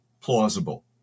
plausible